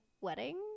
wedding